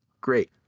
great